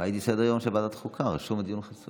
ראיתי בסדר-היום של ועדת חוקה, רשום: דיון חסוי.